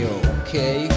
okay